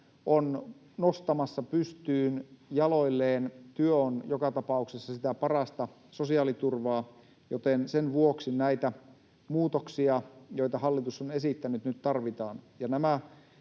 on nostamassa pystyyn jaloilleen. Työ on joka tapauksessa sitä parasta sosiaaliturvaa, joten sen vuoksi nyt tarvitaan näitä muutoksia, joita hallitus on esittänyt. Nämä tänne